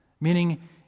meaning